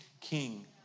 king